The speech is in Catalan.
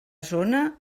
zona